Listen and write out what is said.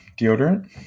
deodorant